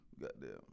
Goddamn